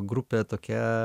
grupė tokia